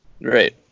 Right